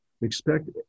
expect